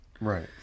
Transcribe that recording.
Right